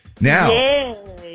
Now